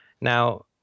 Now